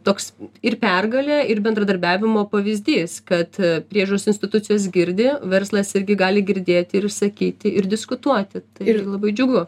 toks ir pergalė ir bendradarbiavimo pavyzdys kad priežiūros institucijos girdi verslas irgi gali girdėti ir išsakyti ir diskutuoti tai ir labai džiugu